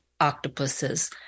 octopuses